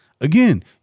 Again